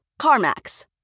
CarMax